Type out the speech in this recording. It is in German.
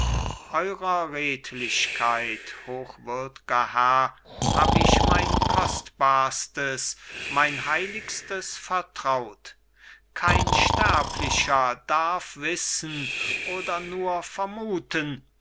eurer redlichkeit hochwürdger herr hab ich mein kostbarstes mein heiligstes vertraut kein sterblicher darf wissen oder nur vermuten